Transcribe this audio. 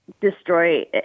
destroy